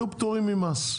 יהיו פטורים ממס.